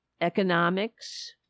economics